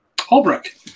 Holbrook